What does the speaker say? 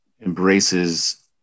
embraces